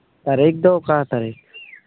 ᱨᱮᱠ ᱫᱚ ᱚᱠᱟ ᱨᱮᱛᱟᱭ